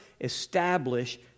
establish